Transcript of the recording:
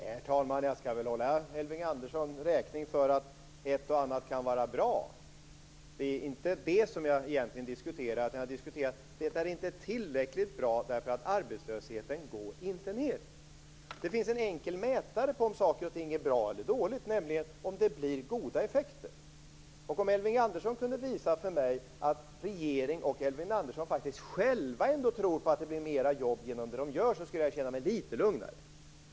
Herr talman! Jag skall väl hålla Elving Andersson i räkning för att ett och annat kan vara bra. Det är inte det som jag egentligen diskuterar. Jag diskuterar att det inte är tillräckligt bra, eftersom arbetslösheten inte går ned. Det finns en enkel mätare på om saker och ting är bra eller dåligt, nämligen om det blir goda effekter. Om Elving Andersson kunde visa för mig att regeringen och Elving Andersson själva tror på att det blir flera jobb genom det de gör, skulle jag känna mig litet lugnare.